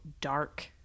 dark